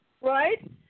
right